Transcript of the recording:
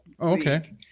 Okay